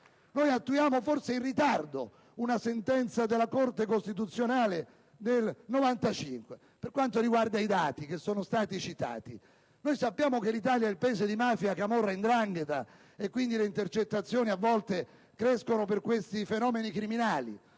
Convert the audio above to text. Noi attuiamo, forse in ritardo, una sentenza della Corte costituzionale del 1995. Per quanto riguarda i dati che sono stati citati, sappiamo che l'Italia è il Paese di mafia, camorra e 'ndrangheta e quindi il numero delle intercettazioni, a volte, cresce a causa di questi fenomeni criminali.